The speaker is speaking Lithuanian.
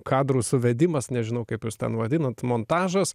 kadrų suvedimas nežinau kaip jūs ten vadinat montažas